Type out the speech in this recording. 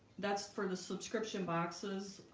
that's for the subscription boxes,